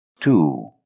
Two